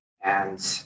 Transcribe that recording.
and-